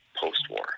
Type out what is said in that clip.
post-war